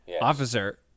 Officer